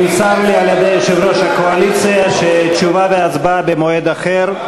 נמסר לי על-ידי יושב-ראש הקואליציה שתשובה והצבעה במועד אחר.